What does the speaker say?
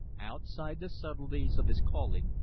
outside the subtleties of his calling,